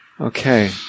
Okay